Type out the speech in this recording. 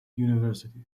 university